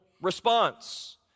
response